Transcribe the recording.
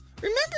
remember